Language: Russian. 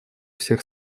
всех